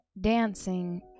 dancing